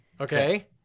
Okay